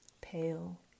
pale